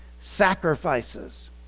sacrifices